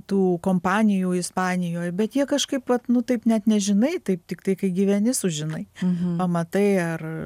tų kompanijų ispanijoj bet jie kažkaip vat nu taip net nežinai taip tiktai kai gyveni sužinai pamatai ar